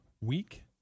week